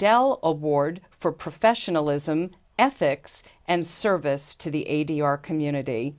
dell award for professionalism ethics and service to the ada your community